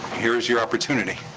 here is your opportunity.